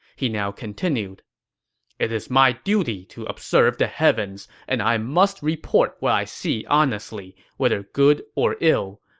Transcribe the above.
he now continued it is my duty to observe the heavens, and i must report what i see honestly, whether good or ill.